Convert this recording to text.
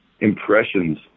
impressions